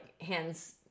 hands